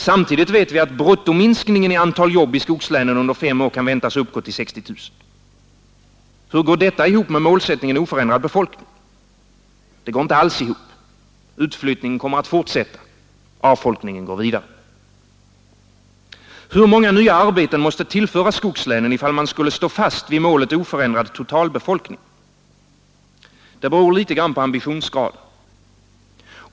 Samtidigt vet vi att bruttominskningen i antal jobb i skogslänen under fem år kan väntas uppgå till 60 000. Hur går detta ihop med målsättningen om oförändrad befolkning? Det går inte alls ihop. Utflyttningen kommer att fortsätta. Avfolkningen går vidare. Hur många nya arbeten måste tillföras skogslänen i fall man skulle stå fast vid målet om oförändrad totalbefolkning? Det beror litet grand på ambitionsgraden.